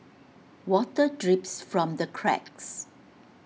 water drips from the cracks